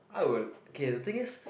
I will okay the thing is